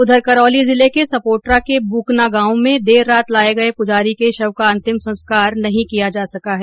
उधर करौली जिले के सपोटरा के ब्रकना गांव में देर रात लाए गए पुजारी के शव का अंतिम संस्कार नहीं किया जा सका है